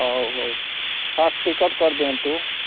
ହେଉ ହେଉ fast ticket କରିଦିଅନ୍ତୁ